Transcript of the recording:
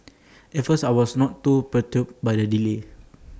at first I was not too perturbed by the delay